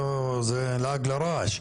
זה לעג לרש,